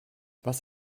was